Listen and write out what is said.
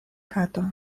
kato